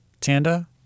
tanda